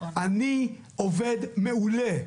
אני עובד מעולה.